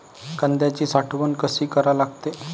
कांद्याची साठवन कसी करा लागते?